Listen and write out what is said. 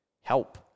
help